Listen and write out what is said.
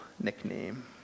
nickname